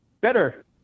better